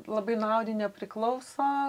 labai nuo audinio priklauso